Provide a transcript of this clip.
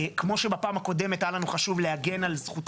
כמו שבפעם הקודמת היה לנו חשוב להגן על זכום